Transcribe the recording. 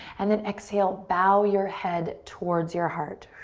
and then exhale, bow your head towards your heart.